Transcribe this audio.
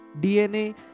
DNA